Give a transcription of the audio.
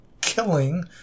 killing